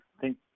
thank